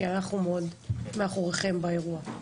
כי אנחנו מאוד מאחוריכם באירוע.